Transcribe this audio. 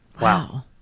Wow